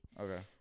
okay